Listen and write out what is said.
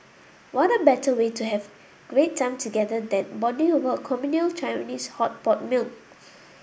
what better way to have great time together than bonding over a communal Japanese hot pot meal